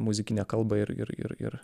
muzikinę kalbą ir ir ir ir